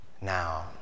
Now